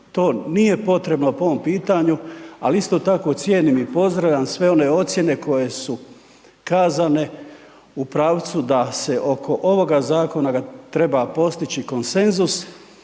To nije potrebno po ovom pitanju, ali isto tako cijenim i pozdravljam sve one ocijene koje su kazane u pravcu da se oko ovoga zakona ga treba postići konsenzus